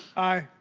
aye.